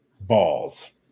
balls